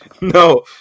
No